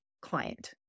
client